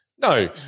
No